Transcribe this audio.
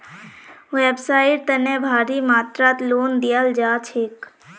व्यवसाइर तने भारी मात्रात लोन दियाल जा छेक